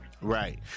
Right